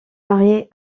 marié